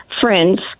friends